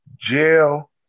jail